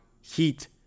heat